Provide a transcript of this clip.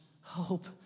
hope